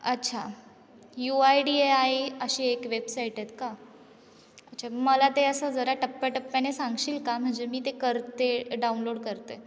अच्छा U I D A I अशी एक वेबसाईट आहेत का अच्छा मला ते असं जरा टप्प्याटप्प्याने सांगशील का म्हणजे मी ते करते डाउनलोड करते